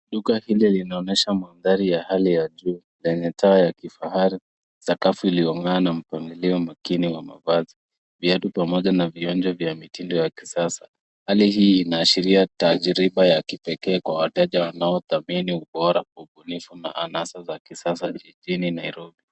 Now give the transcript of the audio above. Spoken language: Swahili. Duka hili linaonesha madhari ya hali ya juu yenye taa kifahari, sakafu inayo ng'aa na mpangilio makini wa mavazi. Viatu pamoja na vionjo vya mitindo ya kisasa. Hali hii inaashiria tajriba ya kipekee kwa wateja wanao thamini ubora wa ubunifu na anasa za kisasa jijini Nairobi.